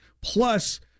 Plus